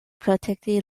protekti